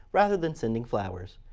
rather than sending flowers.